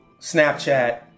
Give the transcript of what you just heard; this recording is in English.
Snapchat